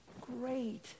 great